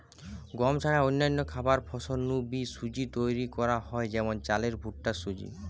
গম ছাড়া অন্যান্য খাবার ফসল নু বি সুজি তৈরি করা হয় যেমন চালের ভুট্টার সুজি